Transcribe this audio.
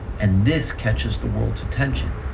and this catches the world's attention.